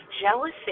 jealousy